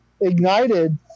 ignited